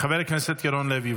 חבר הכנסת ירון לוי,